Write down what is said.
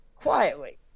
Quietly